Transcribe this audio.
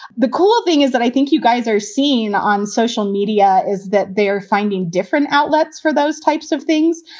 the cool thing is that i think you guys are seen on social media is that they are finding different outlets for those types of things.